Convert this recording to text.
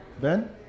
Ben